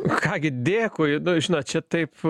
ką gi dėkui nu žinot čia taip